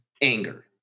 anger